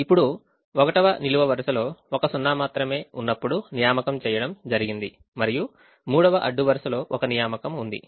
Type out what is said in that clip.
ఇప్పుడు 1వ నిలువు వరుసలో ఒక సున్నా మాత్రమే ఉన్నప్పుడు నియామకం చేయడం జరిగింది మరియు 3వ అడ్డు వరుసలో ఒక నియామకం ఉంది